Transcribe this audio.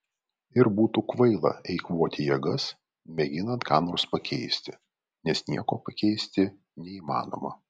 ir būtų kvaila eikvoti jėgas mėginant ką nors pakeisti nes nieko pakeisti neįmanoma